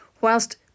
whilst